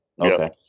Okay